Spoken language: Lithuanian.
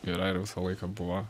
yra ir visą laiką buvo